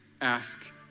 ask